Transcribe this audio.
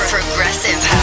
Progressive